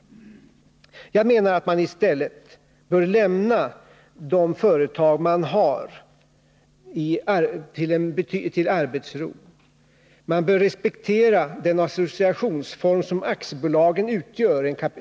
Jag anser att man i stället bör ge de företag man har arbetsro. Man bör respektera den associationsform som aktiebolagen utgör.